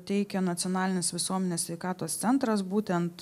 teikia nacionalinis visuomenės sveikatos centras būtent